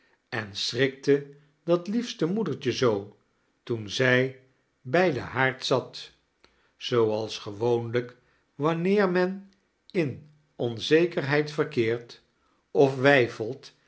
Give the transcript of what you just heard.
en schrikte dat liefste moedertje zoo toen zij bij den haard zat zooals gewoonlijk wanneer men in onzekerhedd verkeert of weifelt